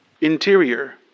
Interior